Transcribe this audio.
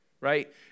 right